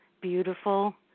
beautiful